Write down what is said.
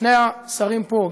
שני השרים פה,